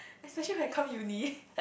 especially when I come uni